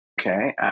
okay